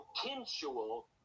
potential